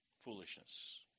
foolishness